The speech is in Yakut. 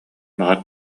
баҕар